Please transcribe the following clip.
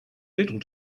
little